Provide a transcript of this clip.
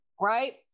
right